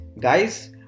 guys